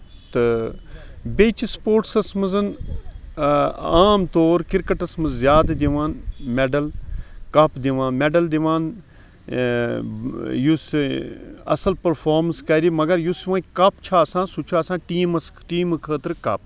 تہٕ بیٚیہِ چھِ سُپوٹسس منٛز اۭں عام طور کِرکَٹس منٛز زیادٕ دِوان میڈل کَپ دِوان میڈٔل دِوان یُس اَصٕل پٔرفارمینٕس کرِ مَگر یُس وۄنۍ کَپ چھُ آسان سُہ چھُ آسان ٹیٖمَس ٹیٖمہٕ خٲطرٕ کَپ